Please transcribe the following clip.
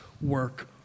work